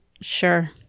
Sure